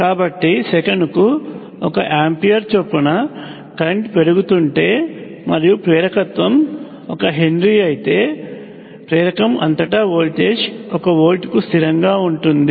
కాబట్టి సెకనుకు ఒక ఆంపియర్ చొప్పున కరెంట్ పెరుగుతుంటే మరియు ప్రేరకత్వం 1 హెన్రీ అయితే ప్రేరకం అంతటా వోల్టేజ్ 1 వోల్ట్కు స్థిరంగా ఉంటుంది